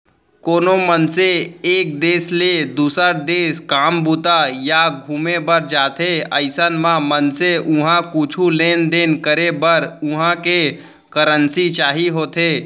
कोनो मनसे एक देस ले दुसर देस काम बूता या घुमे बर जाथे अइसन म मनसे उहाँ कुछु लेन देन करे बर उहां के करेंसी चाही होथे